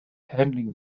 handling